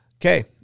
Okay